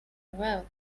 well